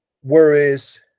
whereas